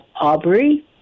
Aubrey